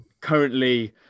currently